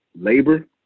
labor